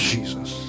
Jesus